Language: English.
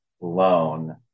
loan